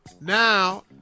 Now